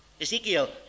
Ezekiel